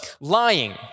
lying